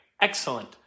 excellent